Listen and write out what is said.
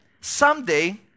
someday